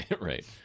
Right